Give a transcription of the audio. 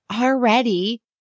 already